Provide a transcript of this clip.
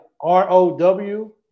R-O-W